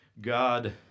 God